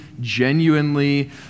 genuinely